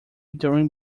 during